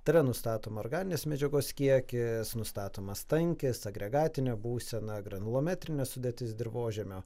tai yra nustatoma organinės medžiagos kiekis nustatomas tankis agregatinė būsena granulometrinė sudėtis dirvožemio